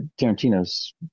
tarantino's